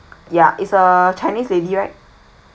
ya it's a chinese lady right